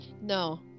No